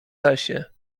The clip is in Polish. lesie